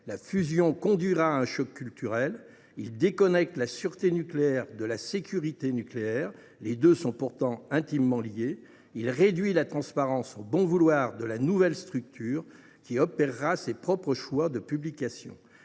La fusion conduira à un choc culturel. Il déconnecte la sûreté nucléaire de la sécurité nucléaire, alors que les deux sont intimement liés. Il réduit la transparence au bon vouloir de la nouvelle structure, qui opérera ses propres choix de publication.